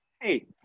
hey